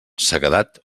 sequedat